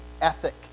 ethic